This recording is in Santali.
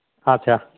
ᱟᱪᱪᱷᱟ